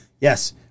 yes